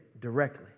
directly